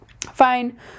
fine